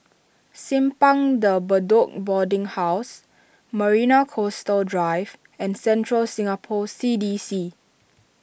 Simpang De Bedok Boarding House Marina Coastal Drive and Central Singapore C D C